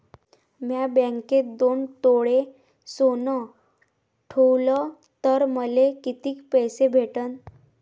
म्या बँकेत दोन तोळे सोनं ठुलं तर मले किती पैसे भेटन